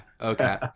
okay